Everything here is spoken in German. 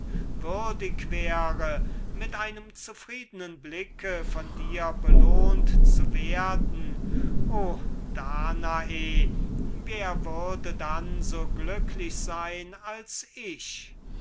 würdig sein kann mit einem zufriednen blick von dir belohnt zu werden o danae wer wird denn so glücklich sein als ich